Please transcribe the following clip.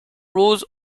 rules